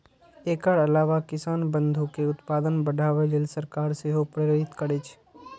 एकर अलावा किसान बंधु कें उत्पादन बढ़ाबै लेल सरकार सेहो प्रेरित करै छै